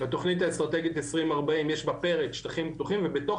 לתכנית האסטרטגית 2040 יש בה פרק שטחים פתוחים ובתוך